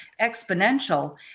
exponential